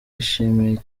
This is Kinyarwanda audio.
yashimiye